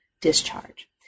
discharge